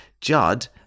Judd